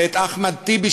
ואת אחמד טיבי,